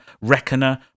Reckoner